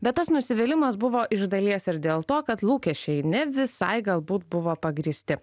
bet tas nusivylimas buvo iš dalies ir dėl to kad lūkesčiai ne visai galbūt buvo pagrįsti